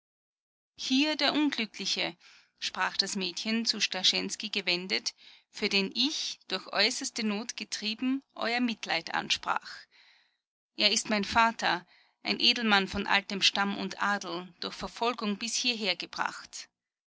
hier der unglückliche sprach das mädchen zu starschensky gewendet für den ich durch äußerste not getrieben euer mitleid ansprach er ist mein vater ein edelmann von altem stamm und adel durch verfolgung bis hierher gebracht